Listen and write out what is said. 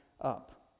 up